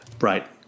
Right